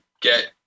get